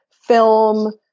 film